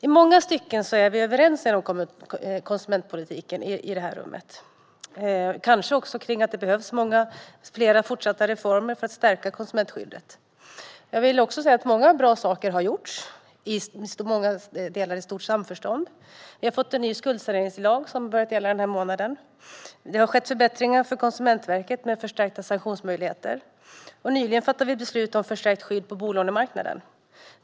I många stycken är vi överens inom konsumentpolitiken i det här rummet, kanske också kring att det behövs flera fortsatta reformer för att stärka konsumentskyddet. Många bra saker har gjorts, i många delar i stort samförstånd. Vi har fått en ny skuldsaneringslag som börjat gälla denna månad. Det har skett förbättringar för Konsumentverket med förstärkta sanktionsmöjligheter. Nyligen fattade vi beslut om förstärkt skydd på bolånemarknaden.